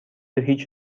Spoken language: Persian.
هیچ